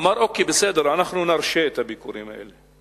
אמר: אוקיי, בסדר, אנחנו נרשה את הביקורים האלה.